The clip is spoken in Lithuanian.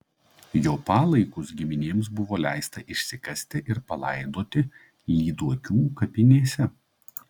jo palaikus giminėms buvo leista išsikasti ir palaidoti lyduokių kapinėse